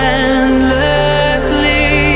endlessly